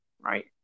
right